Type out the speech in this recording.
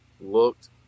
looked